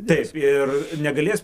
taip ir negalės